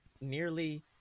nearly